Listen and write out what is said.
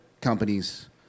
companies